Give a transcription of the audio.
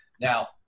Now